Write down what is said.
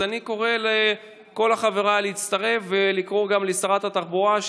אז אני קורא לכל חבריי להצטרף ולקרוא גם לשרת התחבורה,